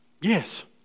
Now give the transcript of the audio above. Yes